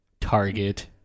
Target